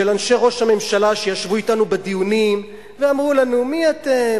של אנשי ראש הממשלה שישבו אתנו בדיונים ואמרו לנו: מי אתם,